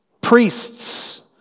Priests